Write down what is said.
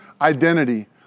identity